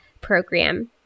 program